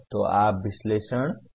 तो आप विश्लेषण और अवधारणा देख सकते हैं